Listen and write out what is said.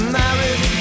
married